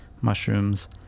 mushrooms